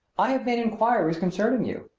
i have made inquiries concerning you,